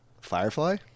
Firefly